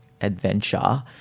adventure